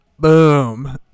boom